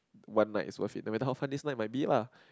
one night is worth it no matter how fun this night might be lah